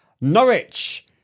Norwich